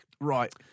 Right